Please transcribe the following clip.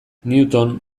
newton